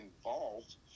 involved